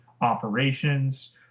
operations